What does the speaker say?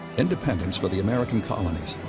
independence for the american colonies,